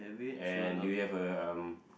and do we have a um